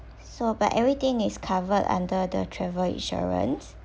so but everything is covered under the travel insurance